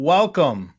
Welcome